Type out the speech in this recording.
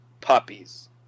puppies